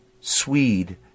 Swede